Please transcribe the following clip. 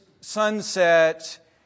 sunset